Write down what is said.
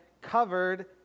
covered